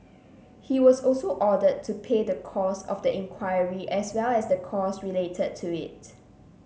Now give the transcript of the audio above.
he was also ordered to pay the cost of the inquiry as well as the cost related to it